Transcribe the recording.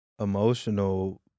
emotional